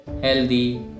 healthy